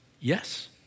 yes